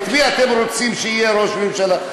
מי אתם רוצים שיהיה ראש הממשלה?